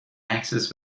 axis